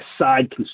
side